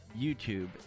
YouTube